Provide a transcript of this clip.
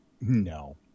No